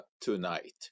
tonight